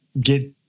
get